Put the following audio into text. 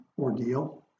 ordeal